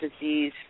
Disease